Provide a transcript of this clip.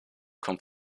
kommt